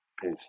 Peace